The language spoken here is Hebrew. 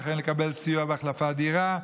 וכן לקבל סיוע בהחלפת דירה,